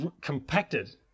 compacted